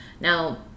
now